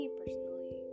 personally